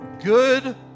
Good